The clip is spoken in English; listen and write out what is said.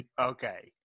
Okay